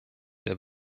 der